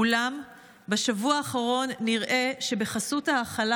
אולם בשבוע האחרון נראה שבחסות ההכלה